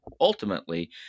ultimately